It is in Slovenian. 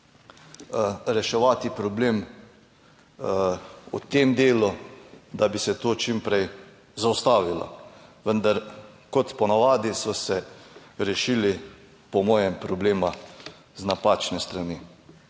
reševati problem v tem delu, da bi se to čim prej zaustavilo. Vendar kot po navadi, so se rešili, po mojem, problema z napačne strani.